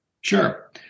Sure